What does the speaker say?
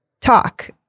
talk